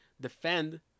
defend